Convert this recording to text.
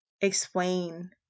explain